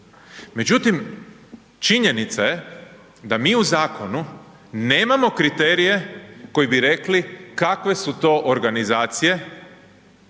Međutim, činjenica je da mi u zakonu nemamo kriterije koji bi rekli kakve su to organizacije